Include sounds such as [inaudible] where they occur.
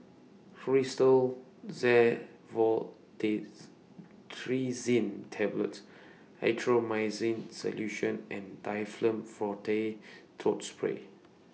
[unintelligible] Tablets Erythroymycin Solution and Difflam Forte Throat Spray